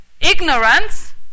ignorance